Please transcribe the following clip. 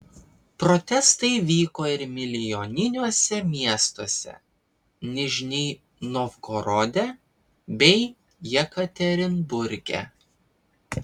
protestai vyko ir milijoniniuose miestuose nižnij novgorode bei jekaterinburge